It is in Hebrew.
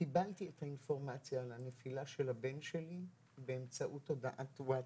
קיבלתי את האינפורמציה על הנפילה של הבן שלי באמצעות הודעת ווטסאפ,